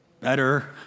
better